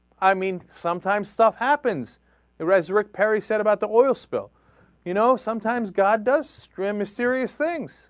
i mean sometimes stuff happens resurrect terry said about the oil spill you know sometimes god downstream mysterious things